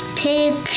pig